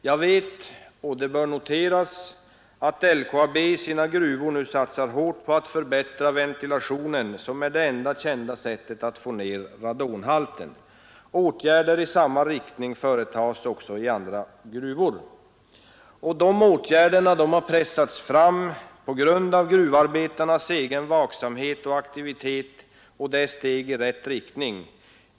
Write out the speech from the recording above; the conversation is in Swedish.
Jag vet — och det bör noteras — att LKAB i sina gruvor nu satsar hårt på att förbättra ventilationen, vilket är det enda kända sättet att få ned radonhalten. Åtgärder i samma riktning företas också i andra gruvor. Dessa åtgärder har tvingats fram på grund av gruvarbetarnas egen vaksamhet och aktivitet och är steg i rätt riktning.